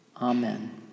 Amen